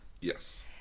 Yes